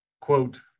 quote